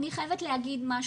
אני חייבת להגיד משהו,